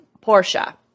Portia